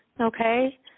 Okay